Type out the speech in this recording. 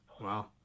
Wow